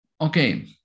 okay